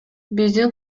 биздин